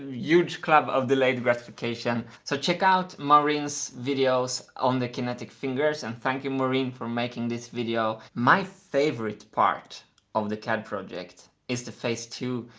huge club of delayed gratification. so, check out maureen's videos on the kinetic fingers, and thank you, maureen, for making this video. my favorite part of the cad project is the phase two,